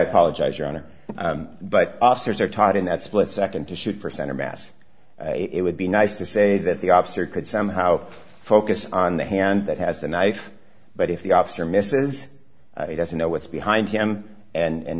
apologize your honor but officers are taught in that split nd to shoot for center mass it would be nice to say that the officer could somehow focus on the hand that has the knife but if the officer misses he doesn't know what's behind him and